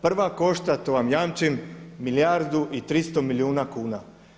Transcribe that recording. Prva košta, to vam jamčim, milijardu i 300 milijuna kuna.